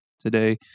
today